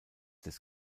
des